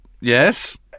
yes